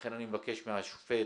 לכן אני מבקש מהשופט